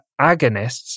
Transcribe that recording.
agonists